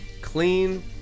clean